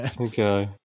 Okay